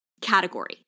category